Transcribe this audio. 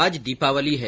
आज दीपावली है